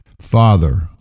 Father